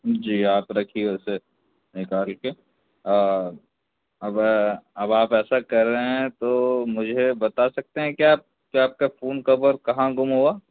جی آپ رکھیے اُسے نکال کے اور اب اب آپ ایسا کر رہے ہیں تو مجھے بتا سکتے ہیں کیا آپ کہ آپ کا فون کب اور کہاں گُم ہُوا